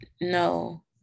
no